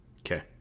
Okay